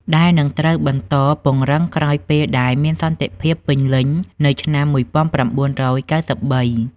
ដែលនឹងត្រូវបន្តពង្រឹងក្រោយពេលដែលមានសន្តិភាពពេញលេញនៅឆ្នាំ ១៩៩៣។